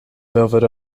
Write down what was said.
velvet